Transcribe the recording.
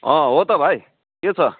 अँ हो त भाइ के छ